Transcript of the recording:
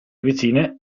vicine